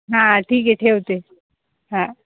हां ठीक आहे ठेवते हां